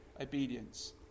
obedience